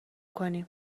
کنیم